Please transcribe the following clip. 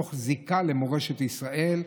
מתוך זיקה למורשת ישראל,